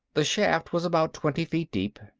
the shaft was about twenty feet deep.